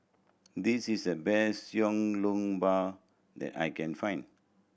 this is the best Xiao Long Bao that I can find